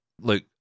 look